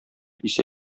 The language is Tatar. исә